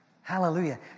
Hallelujah